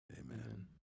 Amen